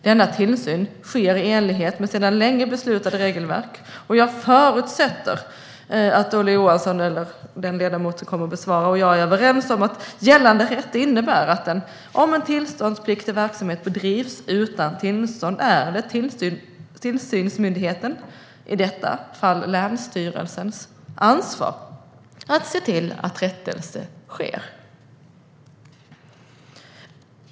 Denna tillsyn sker i enlighet med sedan länge beslutade regelverk, och jag förutsätter att Ola Johansson, eller den ledamot som tar emot svaret, och jag är överens om att gällande rätt innebär att om en tillståndspliktig verksamhet bedrivs utan tillstånd är det tillsynsmyndighetens, i detta fall länsstyrelsens, ansvar att se till att rättelse sker.